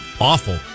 awful